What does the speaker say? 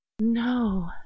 no